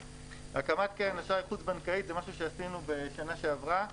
הקמת קרן אשראי חוץ בנקאית זה משהו שעשינו בשנה שעברה.